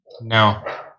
No